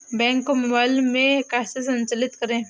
Bank को mobile में कैसे संचालित करें?